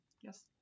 yes